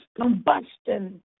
combustion